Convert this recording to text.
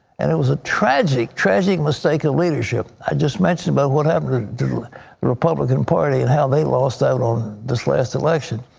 and it was a tragic, tragic mistake of leadership. i just mentioned about what happened to the republican party and how they lost out on this last election.